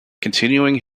continuing